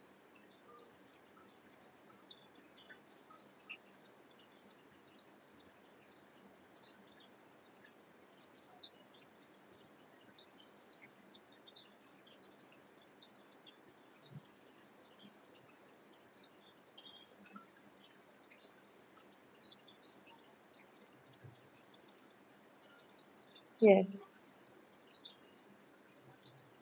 yes